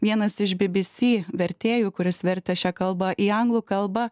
vienas iš bbc vertėjų kuris vertė šią kalbą į anglų kalbą